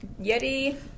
Yeti